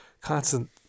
constant